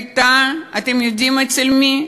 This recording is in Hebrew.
היא הייתה, אתם יודעים אצל מי?